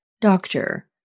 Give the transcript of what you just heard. doctor